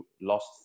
lost